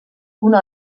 una